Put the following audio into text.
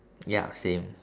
ya same